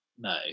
No